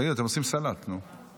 אתם עושים סלט, נו.